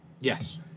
Yes